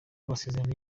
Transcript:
amasezerano